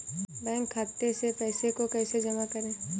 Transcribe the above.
Bank खाते से पैसे को कैसे जमा करें?